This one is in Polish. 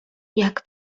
jak